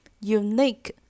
unique